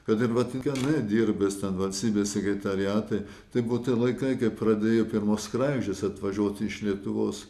kad ir vatikane dirbęs ten valstybės sekretoriate tai buvo tie laikai kai pradėjo pirmos kregždės atvažiuoti iš lietuvos